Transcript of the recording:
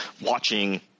watching –